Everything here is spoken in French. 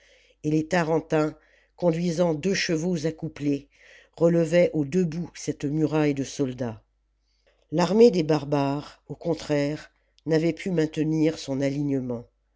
et les tarentins conduisant deux chevaux accouplés relevaient aux deux bouts cette muraille de soldats l'armée des barbares au contraire n'avait pu maintenir son alignement